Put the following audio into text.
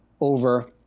over